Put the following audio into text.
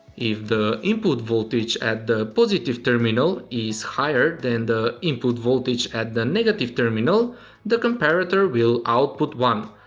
if the input voltage at the positive terminal is higher than the input voltage at the negative terminal the comparator will output one.